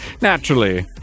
Naturally